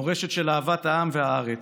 מורשת של אהבת העם והארץ,